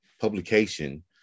publication